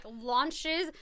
launches